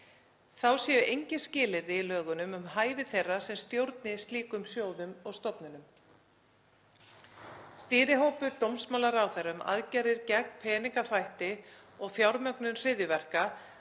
Þá séu engin skilyrði í lögunum um hæfi þeirra sem stjórni slíkum sjóðum og stofnunum. Stýrihópur dómsmálaráðherra um aðgerðir gegn peningaþvætti og fjármögnun hryðjuverka